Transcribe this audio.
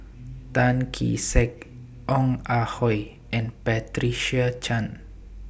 Tan Kee Sek Ong Ah Hoi and Patricia Chan